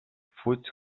fuig